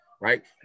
right